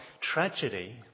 tragedy